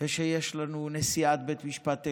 ושיש לנו נשיאת בית משפט עליון.